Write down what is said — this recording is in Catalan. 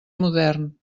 modern